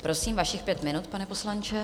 Prosím, vašich pět minut, pane poslanče.